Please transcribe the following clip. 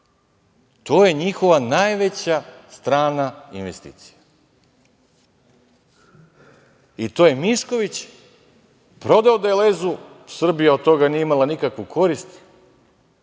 To je njihova najveća strana investicija. I to je Mišković prodao „Delezu“, Srbija od toga nije imala nikakvu korist.